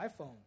iPhone